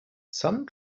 some